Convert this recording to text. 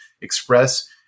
express